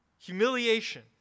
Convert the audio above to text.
humiliation